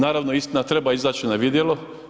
Naravno, istina treba izaći na vidjelo.